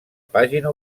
pàgina